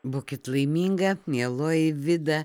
būkit laiminga mieloji vida